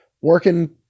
working